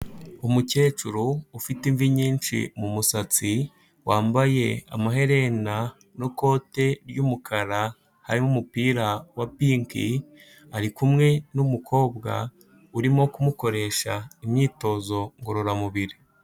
Umukecuru ufite imvi nyinshi mu musatsi wambaye amaherena n'ikote ry'umukara, harimo umupira wa pinki ari kumwe n'umukobwa urimo kumukoresha imyitozo ngororamubiri.